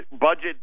budget